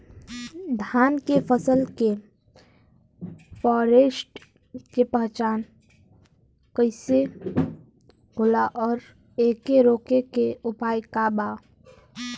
धान के फसल के फारेस्ट के पहचान कइसे होला और एके रोके के उपाय का बा?